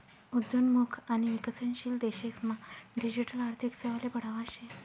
उद्योन्मुख आणि विकसनशील देशेस मा डिजिटल आर्थिक सेवाले बढावा शे